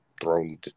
thrown